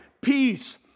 peace